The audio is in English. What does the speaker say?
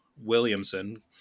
williamson